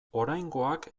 oraingoak